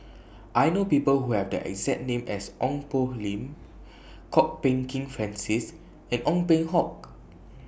I know People Who Have The exact name as Ong Poh Lim Kwok Peng Kin Francis and Ong Peng Hock